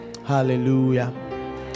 Hallelujah